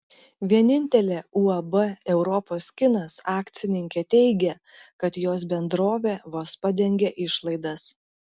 vienintelė uab europos kinas akcininkė teigia kad jos bendrovė vos padengia išlaidas